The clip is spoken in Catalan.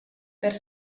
per